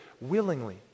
Willingly